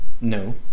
no